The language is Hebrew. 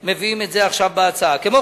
אנחנו מביאים את זה עכשיו בהצעה.